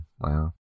wow